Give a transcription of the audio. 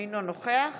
אינו נוכח